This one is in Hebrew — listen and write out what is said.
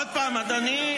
אלקין,